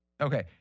Okay